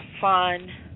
fun